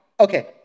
Okay